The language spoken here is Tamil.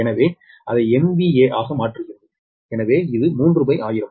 எனவே அதை MVA ஆக மாற்றுகிறது எனவே இது 31000